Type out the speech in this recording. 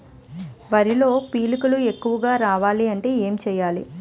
వరిలో పిలకలు ఎక్కువుగా రావాలి అంటే ఏంటి చేయాలి?